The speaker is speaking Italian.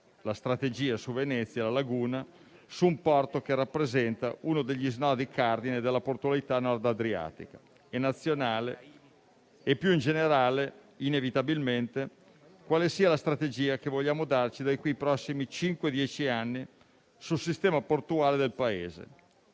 la strategia su Venezia, sulla Laguna e su un porto che rappresenta uno degli snodi cardine della portualità Nord adriatica e nazionale e, più in generale, inevitabilmente, a quale sia la strategia che vogliamo darci da qui ai prossimi cinque-dieci anni sul sistema portuale del Paese